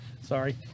Sorry